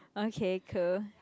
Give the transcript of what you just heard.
okay cool